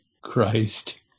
Christ